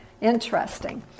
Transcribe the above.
interesting